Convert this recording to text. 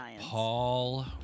Paul